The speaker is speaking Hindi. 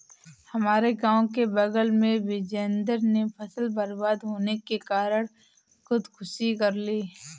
हमारे गांव के बगल में बिजेंदर ने फसल बर्बाद होने के कारण खुदकुशी कर ली